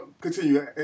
continue